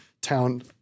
town